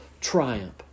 triumph